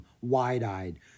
wide-eyed